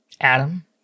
Adam